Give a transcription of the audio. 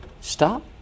Stop